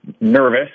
nervous